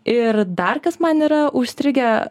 ir dar kas man yra užstrigę